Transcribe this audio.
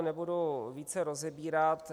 Nebudu to více rozebírat.